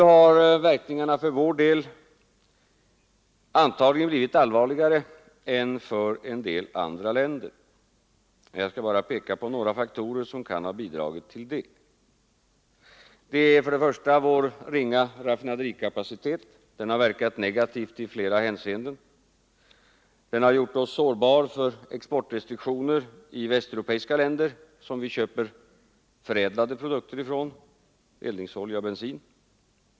Men verkningarna har för vår del antagligen blivit allvarligare än för en del andra länder. Jag skall bara peka på några faktorer som kan ha bidragit till detta. Vår ringa raffinaderikapacitet har verkat negativt i flera hänseenden. Den har gjort oss sårbara för exportrestriktioner i västeuropeiska länder, från vilka vi köper förädlade produkter — eldningsolja och bensin.